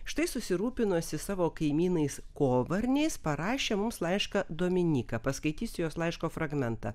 štai susirūpinusi savo kaimynais kovarniais parašė mums laišką dominyka paskaitysiu jos laiško fragmentą